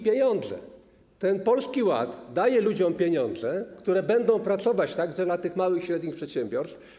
Polski Ład daje ludziom pieniądze, które będą pracować także dla tych małych i średnich przedsiębiorstw.